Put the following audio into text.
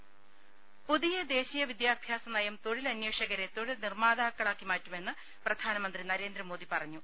രേര പുതിയ ദേശീയ വിദ്യാഭ്യാസ നയം തൊഴിലന്വേഷകരെ തൊഴിൽ നിർമ്മാതാക്കളാക്കി മാറ്റുമെന്ന് പ്രധാനമന്ത്രി നരേന്ദ്രമോദി പറഞ്ഞു